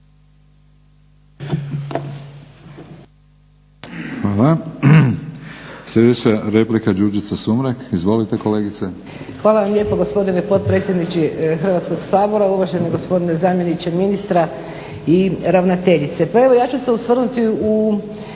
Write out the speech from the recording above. Hvala. Sljedeća replika Đurđica Sumrak. Izvolite kolegice. **Sumrak, Đurđica (HDZ)** Hvala vam lijepo gospodine potpredsjedniče Hrvatskog sabora, uvaženi gospodine zamjeniče ministra i ravnateljice. Pa evo ja ću se osvrnuti u